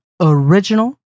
original